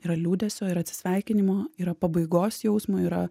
yra liūdesio ir atsisveikinimo yra pabaigos jausmo yra